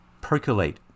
percolate